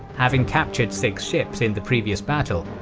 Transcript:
having captured six ships in the previous battle,